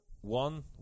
One